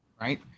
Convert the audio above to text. right